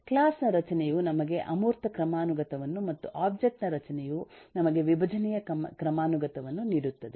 class ನ ರಚನೆಯು ನಮಗೆ ಅಮೂರ್ತ ಕ್ರಮಾನುಗತವನ್ನು ಮತ್ತು ಒಬ್ಜೆಕ್ಟ್ ನ ರಚನೆಯು ನಮಗೆ ವಿಭಜನೆಯ ಕ್ರಮಾನುಗತವನ್ನು ನೀಡುತ್ತದೆ